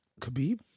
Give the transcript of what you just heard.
Khabib